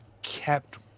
Kept